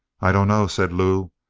i dunno, said lew.